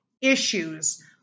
issues